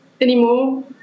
anymore